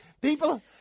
People